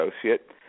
associate